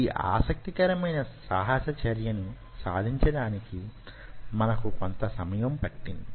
ఈ ఆసక్తికరమైన సాహస చర్యను సాధించడానికి మనకు కొంత సమయం పట్టింది